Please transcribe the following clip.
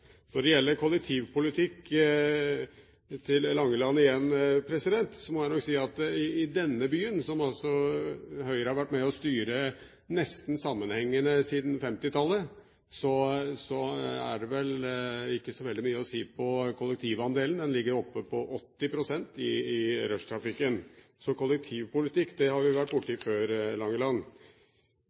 Når det gjelder kollektivpolitikk – til Langeland igjen – må jeg nok si at i denne byen, som altså Høyre har vært med og styre nesten sammenhengende siden 1950-tallet, er det vel ikke så veldig mye å si på kollektivandelen. Den ligger oppe på 80 pst. i rushtrafikken. Så kollektivpolitikk har vi vært borte i før,